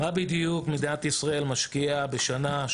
מה בדיוק מדינת ישראל משקיעה בשנה,